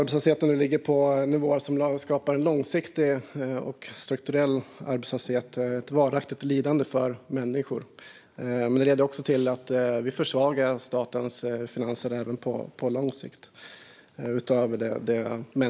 Arbetslösheten ligger nu på nivåer som skapar långsiktig och strukturell arbetslöshet och ett varaktigt lidande för människor. Utöver det mänskliga lidandet leder det till att statens finanser försvagas på lång sikt.